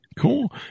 Cool